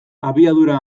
abiadura